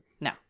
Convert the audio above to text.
No